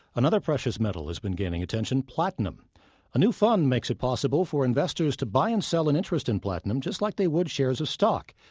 another precious metal has been gaining attention platinum a new fund makes it possible for investors to buy and sell an interest in platinum, just like they would shares of stock.